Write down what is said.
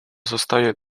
zostaje